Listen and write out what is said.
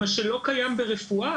מה שלא קיים ברפואה,